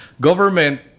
government